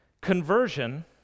Conversion